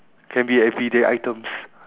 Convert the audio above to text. can be everyday items